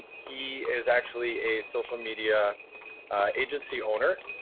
he is actually a social media, a agency owner.